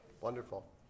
wonderful